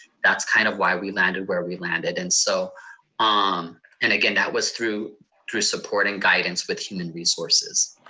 that's kind of why we landed where we landed. and so um and again, that was through through support and guidance with human resources.